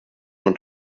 und